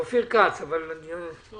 אופיר כץ, בבקשה.